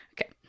Okay